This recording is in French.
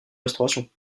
restauration